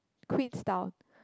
Queenstown